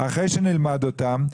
אחרי שנלמד אותן,